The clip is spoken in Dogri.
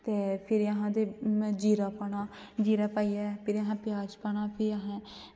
ते फिरी असें जीरा पाना जीरा पाइयै प्याज़ पाना फ्ही असें